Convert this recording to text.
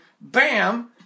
bam